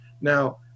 Now